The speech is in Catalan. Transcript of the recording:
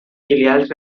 filials